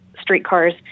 streetcars